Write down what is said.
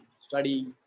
study